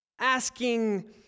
Asking